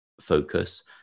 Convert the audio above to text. focus